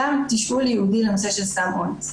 גם תשאול ייעודי לנושא של סם אונס,